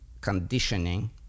conditioning